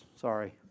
sorry